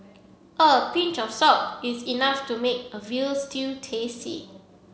a pinch of salt is enough to make a veal stew tasty